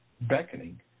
beckoning